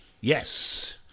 Yes